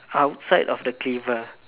outside of the cleaver